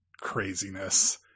craziness